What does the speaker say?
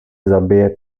zabije